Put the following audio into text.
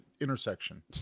intersection